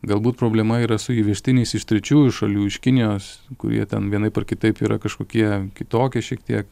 galbūt problema yra su įvežtiniais iš trečiųjų šalių iš kinijos kurie ten vienaip ar kitaip yra kažkokie kitokie šiek tiek